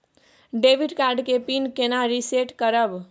Debit card के pin केना reset करब?